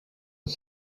our